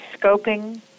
scoping